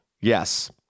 yes